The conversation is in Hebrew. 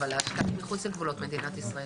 אבל ההשקעה היא מחוץ לגבולות מדינת ישראל.